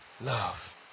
Love